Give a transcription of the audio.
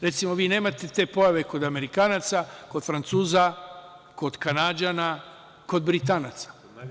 Recimo, vi nemate te pojave kod Amerikanaca, kod Francuza, kod Kanađana, kod Britanaca.